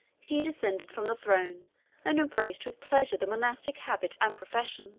he descended from the throne and embraced with pleasure the monastic habit and profession